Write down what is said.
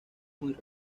muy